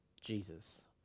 jesus